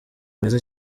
mwiza